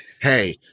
hey